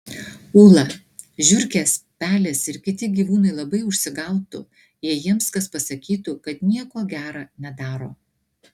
ūla žiurkės pelės ir kiti gyvūnai labai užsigautų jei jiems kas pasakytų kad nieko gera nedaro